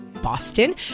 Boston